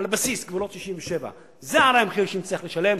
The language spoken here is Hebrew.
בסיס גבולות 67' זה הרי המחיר שנצטרך לשלם,